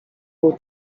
był